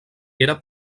era